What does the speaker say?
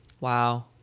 Wow